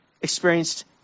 experienced